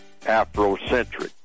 Afrocentric